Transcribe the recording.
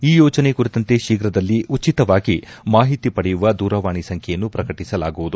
ಈ ಯೋಜನೆ ಕುರಿತಂತೆ ಶೀಘ್ರದಲ್ಲಿ ಉಚಿತವಾಗಿ ಮಾಹಿತಿ ಪಡೆಯುವ ದೂರವಾಣಿ ಸಂಖ್ದೆಯನ್ನು ಪ್ರಕಟಿಸಲಾಗುವುದು